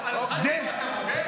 על חנוכה אתה מודה?